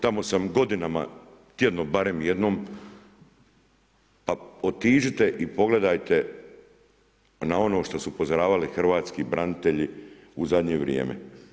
Tamo sam godinama tjedno barem jednom, pa otiđite i pogledajte na ono što su upozoravali hrvatski branitelji u zadnje vrijeme.